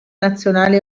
nazionali